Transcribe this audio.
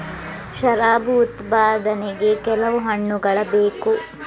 ಶರಾಬು ಉತ್ಪಾದನೆಗೆ ಕೆಲವು ಹಣ್ಣುಗಳ ಬೇಕು